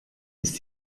ist